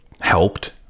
helped